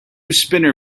spinner